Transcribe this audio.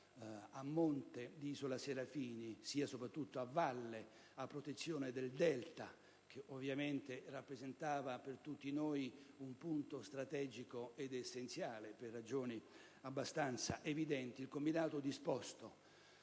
a monte di Isola Serafini sia, soprattutto, a valle, a protezione del delta del Po, che ovviamente rappresentava per tutti noi un punto strategico ed essenziale per ragioni abbastanza evidenti. Il combinato disposto